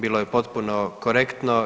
Bilo je potpuno korektno.